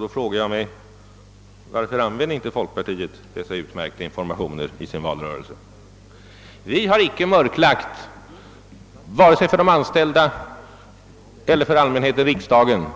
Då frågar jag mig: Varför använde inte folkpartiet dessa utmärkta informationer i sin valrörelse? Vi har icke mörklagt de ekonomiska problemen i Duroxkoncernen vare sig för de anställda eller för allmänhet och riksdag.